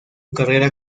carrera